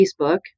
Facebook